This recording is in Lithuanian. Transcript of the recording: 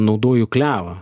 naudoju klevą